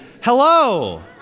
hello